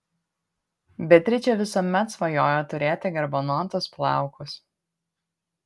beatričė visuomet svajojo turėti garbanotus plaukus